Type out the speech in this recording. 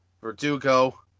Verdugo